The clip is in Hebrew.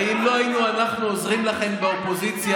הרי אם לא היינו אנחנו עוזרים לכם באופוזיציה,